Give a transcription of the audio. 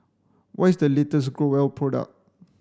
what is the latest Growell product